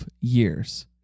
years